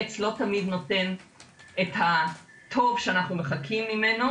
עץ לא תמיד נותן את הטוב שאנחנו מחכים ממנו.